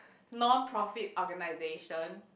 non profit organization